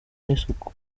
n’isuku